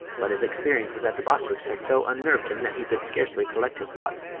but his experiences at the bostwicks' had so unnerved him that he could scarcely collect his thoughts,